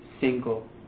single